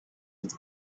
its